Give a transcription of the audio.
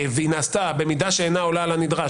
והיא נעשתה במידה שאינה עולה על הנדרש,